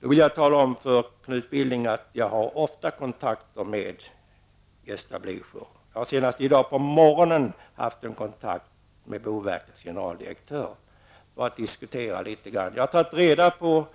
Jag vill tala om för Knut Billing att jag ofta har kontakt med Gösta Blu cher. Senast på morgonen i dag har jag haft en kontakt med boverkets generaldirektör för att diskutera. Av honom har jag fått reda på